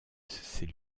ses